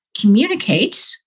communicate